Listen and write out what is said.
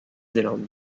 zélande